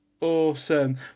awesome